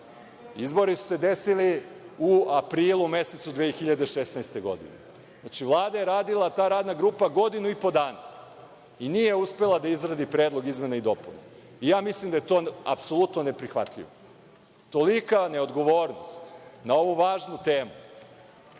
Izbori su se desili u aprilu mesecu 2016. godine. Znači, ta radna grupa je radila godinu i po dana i nije uspela da izradi predlog izmena i dopuna. Ja mislim da je to apsolutno neprihvatljivo. Tolika neodgovornost na ovu važnu temu,